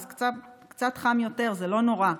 אז קצת חם יותר, זה לא נורא.